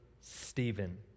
Stephen